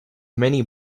many